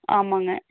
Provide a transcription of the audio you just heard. ஆமாம்ங்க